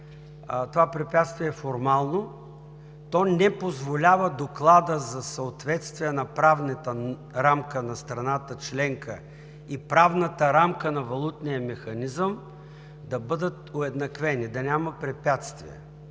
Това препятствие е формално, то не позволява Докладът за съответствие на правната рамка на страната членка и правната рамка на валутния механизъм да бъдат уеднаквени, да няма препятствия.